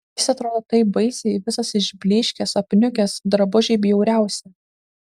jis atrodo taip baisiai visas išblyškęs apniukęs drabužiai bjauriausi